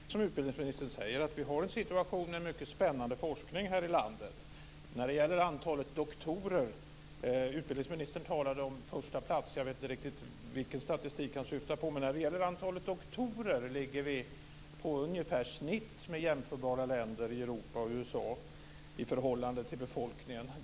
Fru talman! Det är naturligtvis riktigt som utbildningsministern säger att vi har en situation med mycket spännande forskning här i landet när det gäller antalet doktorer. Utbildningsministern talade om första plats. Jag vet inte riktigt vilken statistik han syftar på. Men när det gäller antalet doktorer ligger vi på ungefär snitt med jämförbara länder i Europa och USA i förhållande till befolkningen.